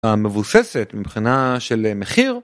המבוססת מבחינה של מחיר